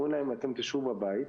אומרים: אתם תשבו בבית.